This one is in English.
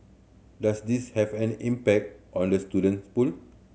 does this have an impact on the student pool